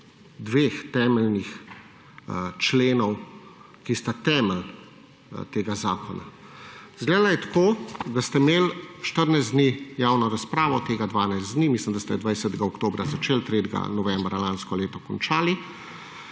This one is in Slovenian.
dveh temeljnih členov, ki sta temelj tega zakona? Zgledala je tako, da ste imeli 14 dni javno razpravo, od tega 12 dni, mislim, da ste 20. oktobra začeli, 3. novembra lanskega leta končali.